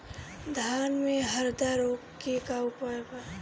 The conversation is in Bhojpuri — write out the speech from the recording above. धान में हरदा रोग के का उपाय बा?